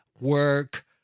work